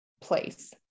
place